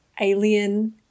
alien